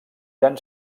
eren